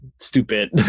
stupid